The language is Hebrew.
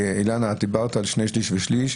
אילנה, את דיברת על שני שליש ושליש.